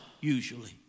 usually